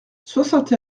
soixante